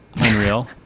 unreal